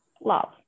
love